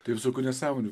tai visokių nesąmonių